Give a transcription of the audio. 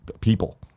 people